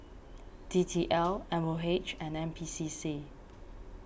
D T L M O H and N P C C